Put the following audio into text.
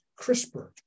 CRISPR